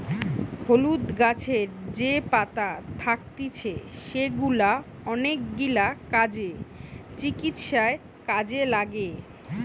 হলুদ গাছের যে পাতা থাকতিছে সেগুলা অনেকগিলা কাজে, চিকিৎসায় কাজে লাগে